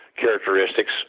characteristics